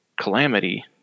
calamity